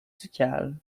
ducal